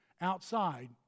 outside